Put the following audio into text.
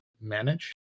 manage